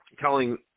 telling